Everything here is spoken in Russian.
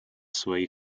свои